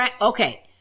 okay